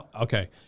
Okay